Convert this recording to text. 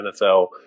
NFL